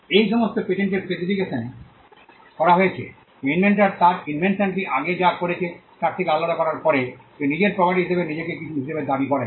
এই সমস্ত পেটেন্টের স্পেসিফিকেশনে করা হয়েছে এবং ইনভেন্টর তার ইনভেনশনটিকে আগে যা হয়েছে তার থেকে আলাদা করার পরে তিনি নিজের প্রপার্টি হিসাবে নিজেকে কিছু হিসাবে দাবি করেন